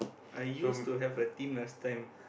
I used to have a team last time